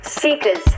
Seekers